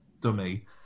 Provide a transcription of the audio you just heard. dummy